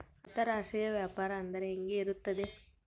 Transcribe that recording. ಅಂತರಾಷ್ಟ್ರೇಯ ವ್ಯಾಪಾರ ಅಂದರೆ ಹೆಂಗೆ ಇರುತ್ತದೆ?